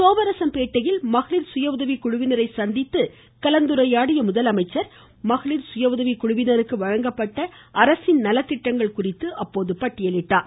சோமரசம் பேட்டையில் மகளிர் சுய உதவிக்குழுவினரை சந்தித்து கலந்துரையாடிய முதலமைச்சர் மகளிர் சுய உதவிக்குழுவினருக்கு வழங்கப்பட்ட நலத்திட்டங்கள் குறித்து பட்டியலிட்டார்